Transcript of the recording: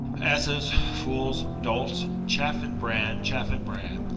asses, fools, dolts! chaff and bran, chaff and bran!